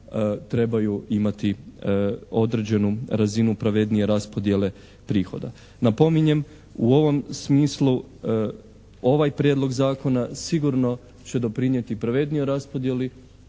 trebaju imati određenu razinu pravednije raspodjele prihoda. Napominjem, u ovom smislu ovaj prijedlog zakona sigurno će doprinijeti pravednijoj raspodjeli